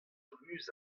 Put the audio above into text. ruz